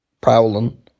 prowling